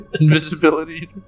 invisibility